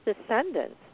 descendants